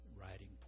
writing